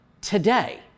today